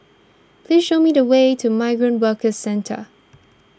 please show me the way to Migrant Workers Centre